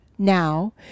now